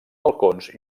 balcons